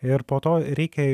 ir po to reikia